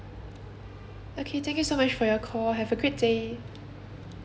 okay thank you so much for your call have a great day